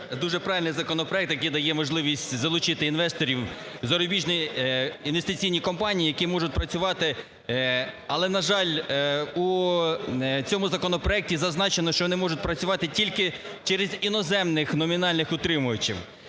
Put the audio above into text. дуже правильний законопроект, який дає можливість залучити інвесторів, зарубіжні інвестиційні компанії, які можуть працювати. Але, на жаль, у цьому законопроекті зазначено, що вони можуть працювати тільки через іноземних номінальних утримувачів.